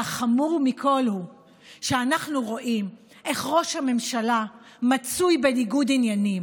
והחמור מכול הוא שאנחנו רואים איך ראש הממשלה מצוי בניגוד עניינים,